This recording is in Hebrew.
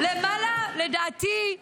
אין זמן לילדים שלי לדחיות שלהם.